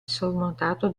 sormontato